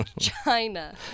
China